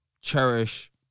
cherish